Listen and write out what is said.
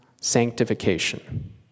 Sanctification